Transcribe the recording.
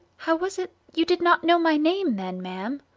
how was it you did not know my name, then, ma'am?